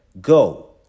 Go